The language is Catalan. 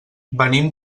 venim